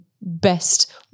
best